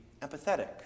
empathetic